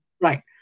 right